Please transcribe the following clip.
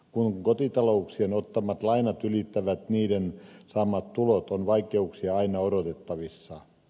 kun kotitalouksien ottamat lainat ylittävät niiden saamat tulot on vaikeuksia aina odotettavissa